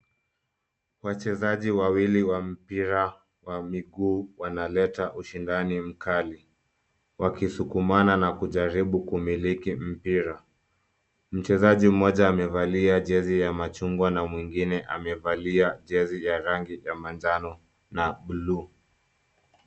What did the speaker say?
Wachezaji wawili wa mpira wa miguu wanaleta ushindani mkali, wakisukumana na kujaribu kumilika mpira. Mchezaji mmoja amevalia jezi ya machungwa na mwingine amevalia jezi ya rangi ya manjano na bluu.